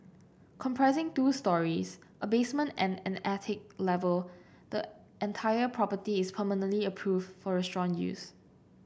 comprising two storeys a basement and an attic level the entire property is permanently approved for restaurant use